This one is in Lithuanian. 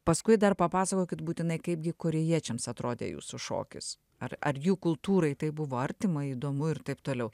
paskui dar papasakokit būtinai kaipgi korėjiečiams atrodė jūsų šokis ar ar jų kultūrai tai buvo artima įdomu ir taip toliau